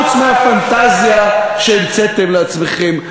חוץ מהפנטזיה שהמצאתם לעצמכם?